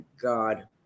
God